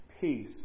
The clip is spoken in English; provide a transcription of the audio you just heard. peace